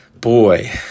boy